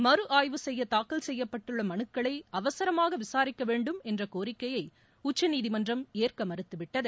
மறுஆய்வு செய்ய தாக்கல் செய்யப்பட்டுள்ள மனுக்களை அவசரமாக விசாரிக்க வேண்டும் என்ற கோரிக்கையை உச்சநீதிமன்றம் ஏற்க மறுத்துவிட்டது